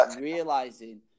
realizing